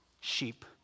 sheep